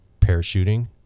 parachuting